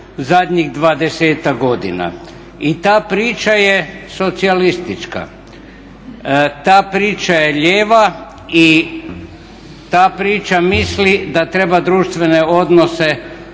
zadnjih 20-ak godina i ta pričajte socijalistička, ta priča je lijeva i ta priča misli da treba društvene odnose